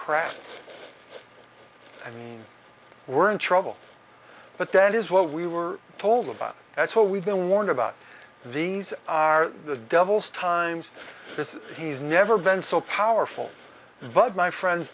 crap and we're in trouble but that is what we were told about that's what we've been warned about these are the devils times this he's never been so powerful above my friends